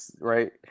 right